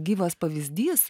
gyvas pavyzdys